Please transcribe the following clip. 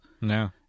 No